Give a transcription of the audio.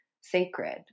sacred